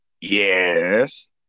Yes